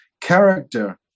character